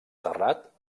terrat